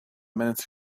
minutes